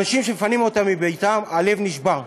אנשים שמפנים אותם מביתם, הלב נשבר,